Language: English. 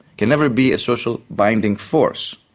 can never be a social binding force.